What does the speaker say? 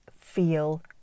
feel